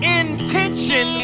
intention